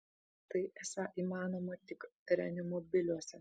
tai esą įmanoma tik reanimobiliuose